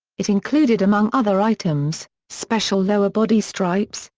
it included among other items special lower body stripes,